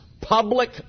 public